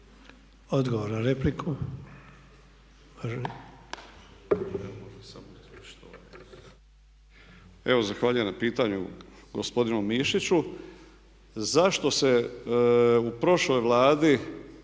Odgovor na repliku,